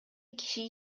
киши